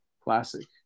Classic